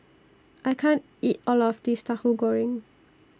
I can't eat All of This Tahu Goreng